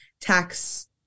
tax